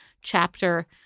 chapter